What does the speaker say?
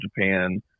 Japan